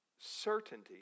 certainty